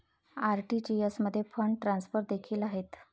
RTGS मध्ये fund transfer देखील आहेत